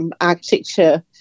architecture